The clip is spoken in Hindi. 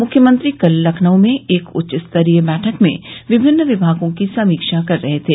मुख्यमंत्री कल लखनऊ में एक उच्चस्तरीय बैठक में विभिन्न विभागों की समीक्षा कर रहे थे